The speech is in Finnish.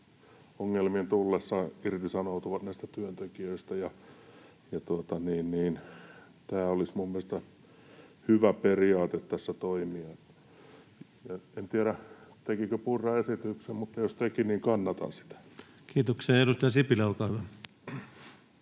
ongelmien tullessa irtisanoutuvat näistä työntekijöistä. Tämä olisi minun mielestä hyvä periaate tässä toimia. En tiedä, tekikö Purra esityksen, mutta jos teki, niin kannatan sitä. [Speech 273] Speaker: